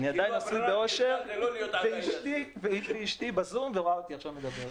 אני עדיין נשוי באושר ואשתי בזום ורואה אותי עכשיו מדבר.